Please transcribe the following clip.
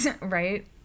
Right